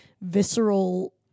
visceral